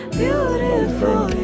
beautiful